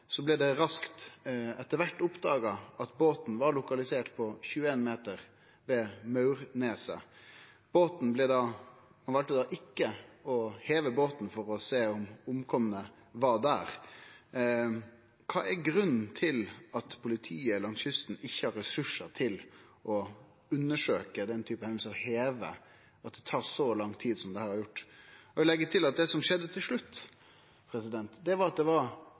blei det raskt etter kvart oppdaga at båten var lokalisert på 21 meter ved Maurneset. Ein valde da ikkje å heve båten for å sjå om omkomne var der. Kva er grunnen til at politiet langs kysten ikkje har ressursar til å undersøkje denne typen hendingar, til å heve, og at det tar så lang tid som dette har gjort? Eg vil leggje til at det som skjedde til slutt, var at det var